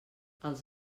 els